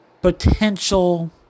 potential